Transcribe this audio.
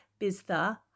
Biztha